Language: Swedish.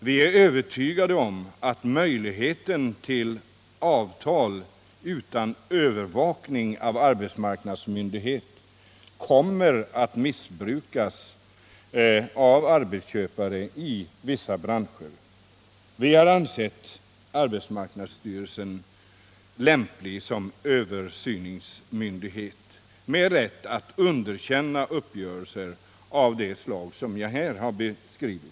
Vi är övertygade om att möjligheten till avtal utan övervakning av arbetsmark nadsmyndighet kommer att missbrukas av arbetsköpare i vissa branscher. — Nr 33 Vi har ansett arbetsmarknadsstyrelsen lämplig som tillsynsmyndighet Onsdagen den med rätt att underkänna uppgörelser av det slag som jag här har beskrivit.